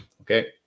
Okay